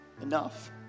enough